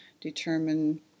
determine